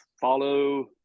follow